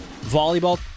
Volleyball